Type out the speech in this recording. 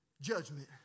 judgment